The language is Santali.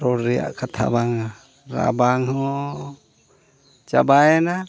ᱨᱚᱲ ᱨᱮᱭᱟᱜ ᱠᱟᱛᱷᱟ ᱵᱟᱝᱟ ᱨᱟᱵᱟᱝ ᱦᱚᱸ ᱪᱟᱵᱟᱭᱮᱱᱟ